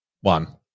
one